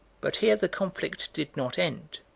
but here the conflict did not end.